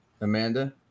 Amanda